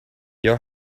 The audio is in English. your